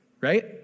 right